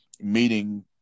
meeting